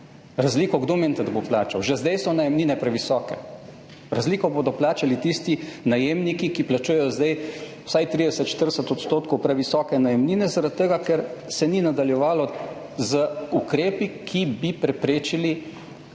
Razliko - kdo menite, da bo plačal? - že zdaj so najemnine previsoke, razliko bodo plačali tisti najemniki, ki plačujejo zdaj vsaj 30, 40 % previsoke najemnine zaradi tega, ker se ni nadaljevalo z ukrepi, ki bi preprečili